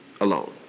alone